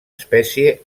espècie